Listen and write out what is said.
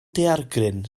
daeargryn